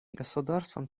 государствам